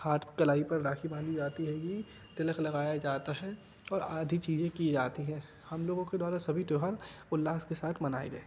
हाथ कलाई पर राखी बांधी जाती हैगी तिलक लगाया जाता है और आधी चीज़ें की जाती हैं हम लोगों के द्वारा सभी त्योहार उल्लास के साथ मनाए गए